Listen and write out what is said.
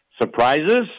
surprises